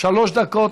שלוש דקות,